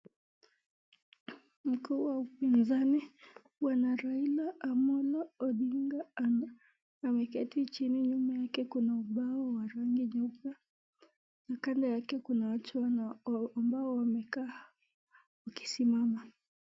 Mkuu wa upinzani bwana Raila Amolo Odinga ameketi chini nyuma yake kuna ubao wa rangi nyeupe na kando yake kuna watu wanao ambao wamekaa wakisimama.